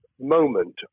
moment